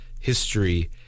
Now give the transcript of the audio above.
history